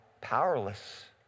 powerless